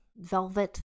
velvet